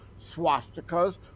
swastikas